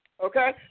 Okay